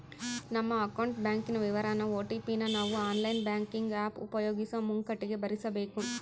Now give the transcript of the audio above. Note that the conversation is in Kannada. ನಮ್ಮ ಅಕೌಂಟ್ ಬ್ಯಾಂಕಿನ ವಿವರಾನ ಓ.ಟಿ.ಪಿ ನ ನಾವು ಆನ್ಲೈನ್ ಬ್ಯಾಂಕಿಂಗ್ ಆಪ್ ಉಪಯೋಗಿಸೋ ಮುಂಕಟಿಗೆ ಭರಿಸಬಕು